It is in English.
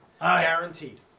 Guaranteed